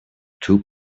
two